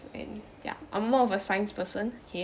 and ya I'm more of a science person okay